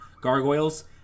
Gargoyles